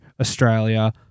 Australia